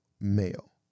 male